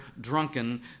drunken